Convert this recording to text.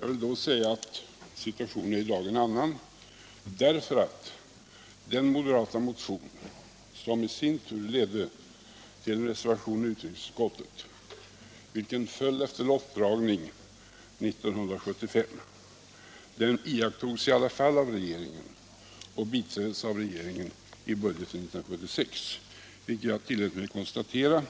Jag vill då säga att situationen i dag är en annan, därför att den moderatmotion, vilken ledde till ett uttalande av utrikesutskottet som sedan föll efter lottdragning 1975, i alla fall biträddes av regeringen i budgeten 1976, vilket jag tillät mig konstatera